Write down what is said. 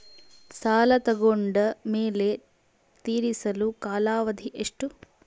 ಸಾಲ ತಗೊಂಡು ಮೇಲೆ ತೇರಿಸಲು ಕಾಲಾವಧಿ ಎಷ್ಟು?